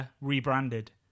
rebranded